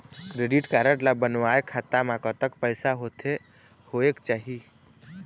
Credit card ला बनवाए खाता मा कतक पैसा होथे होएक चाही?